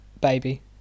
Baby